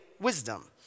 wisdom